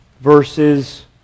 verses